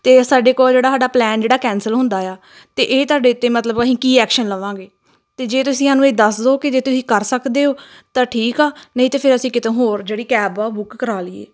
ਅਤੇ ਸਾਡੇ ਕੋਲ ਜਿਹੜਾ ਸਾਡਾ ਪਲੈਨ ਜਿਹੜਾ ਕੈਂਸਲ ਹੁੰਦਾ ਆ ਅਤੇ ਇਹ ਤੁਹਾਡੇ ਉੱਤੇ ਮਤਲਬ ਅਸੀਂ ਕੀ ਐਕਸ਼ਨ ਲਵਾਂਗੇ ਅਤੇ ਜੇ ਤੁਸੀਂ ਸਾਨੂੰ ਇਹ ਦੱਸ ਦਿਓ ਕਿ ਜੇ ਤੁਸੀਂ ਕਰ ਸਕਦੇ ਹੋ ਤਾਂ ਠੀਕ ਆ ਨਹੀਂ ਤਾਂ ਫਿਰ ਅਸੀਂ ਕਿਤੋਂ ਹੋਰ ਜਿਹੜੀ ਕੈਬ ਆ ਉਹ ਬੁੱਕ ਕਰਾ ਲਈਏ